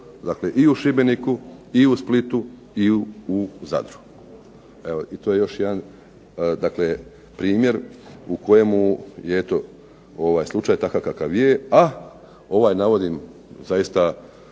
i u Šibeniku, i u Splitu i u Zadru. Evo i to je još jedan dakle primjer u kojemu je eto ovaj slučaj takav kakav je, a ovaj navodim zaista